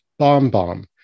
BombBomb